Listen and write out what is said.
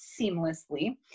seamlessly